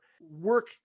work